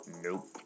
Nope